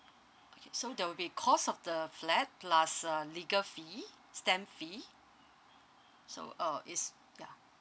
okay so there will be cost of the flat plus uh legal fee stamp fee so uh it's yeah